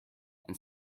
and